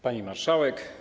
Pani Marszałek!